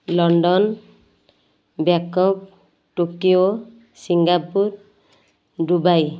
London Bangkok Tokyo Singapore Dubai